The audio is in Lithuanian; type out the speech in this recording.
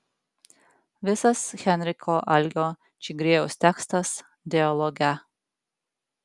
visas henriko algio čigriejaus tekstas dialoge